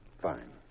Fine